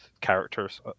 characters